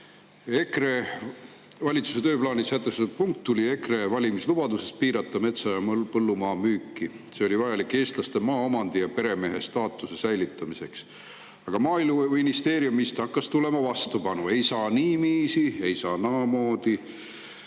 Valitsuse tööplaanis sätestatud punkt tuli EKRE valimislubadusest piirata metsa ja põllumaa müüki. See oli vajalik eestlaste maaomandi ja peremehestaatuse säilitamiseks. Maaeluministeeriumist hakkas tulema vastupanu: ei saa niiviisi, ei saa naamoodi.